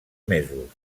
mesos